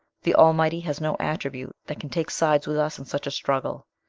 the almighty has no attribute that can take sides with us in such a struggle.